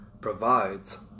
provides